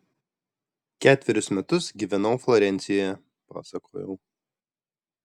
ketverius metus gyvenau florencijoje pasakojau